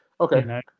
Okay